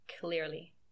clearly